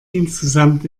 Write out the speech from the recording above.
insgesamt